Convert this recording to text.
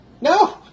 No